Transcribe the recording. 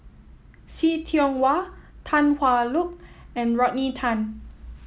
See Tiong Wah Tan Hwa Luck and Rodney Tan